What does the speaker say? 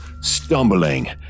stumbling